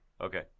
Okay